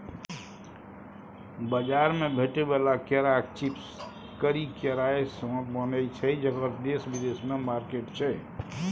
बजार मे भेटै बला केराक चिप्स करी केरासँ बनय छै जकर देश बिदेशमे मार्केट छै